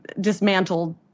dismantled